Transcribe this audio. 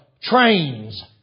trains